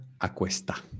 acuesta